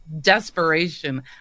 desperation